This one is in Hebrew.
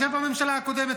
בממשלה הקודמת,